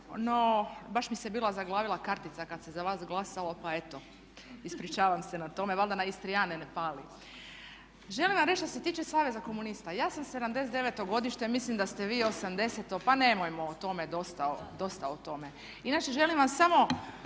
No baš mi se bila zaglavila kartica kada se za vas glasao, pa eto ispričavam se na tome, valjda na Istrijane ne pali. Želim vam reći što se tiče Saveza komunista, ja sam '79. godište, mislim da ste vi '80., pa nemojmo o tome, dosta o tome. Inače želim vas samo